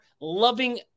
loving